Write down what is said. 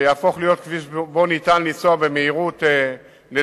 שיהפוך להיות כביש שאפשר לנסוע בו במהירות,